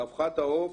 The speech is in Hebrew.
שרווחתך העוף